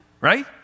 Right